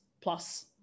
plus